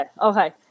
Okay